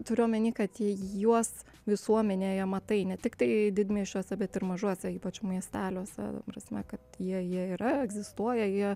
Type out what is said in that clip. turiu omeny kad juos visuomenėje matai ne tiktai didmiesčiuose bet ir mažuose ypač miesteliuose ta prasme kad jie jie yra egzistuoja jie